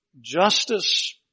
justice